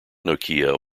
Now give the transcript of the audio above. nokia